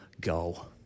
go